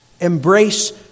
embrace